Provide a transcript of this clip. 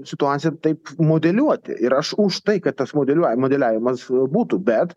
situaciją taip modeliuoti ir aš už tai kad tas modeliuoja modeliavimas būtų bet